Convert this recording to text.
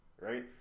right